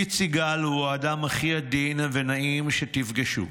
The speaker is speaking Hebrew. קית' סיגל הוא האדם הכי עדין ונעים שתפגשו.